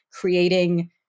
creating